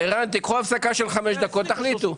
ערן, קחו הפסקה של חמש דקות ותחליטו.